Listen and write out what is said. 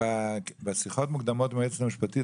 בשיחות המוקדמות עם היועצת המשפטית,